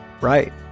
right